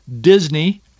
Disney